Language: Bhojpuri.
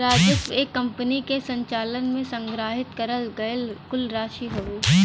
राजस्व एक कंपनी के संचालन में संग्रहित करल गयल कुल राशि हउवे